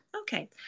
Okay